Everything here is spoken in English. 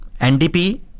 NDP